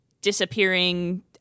disappearing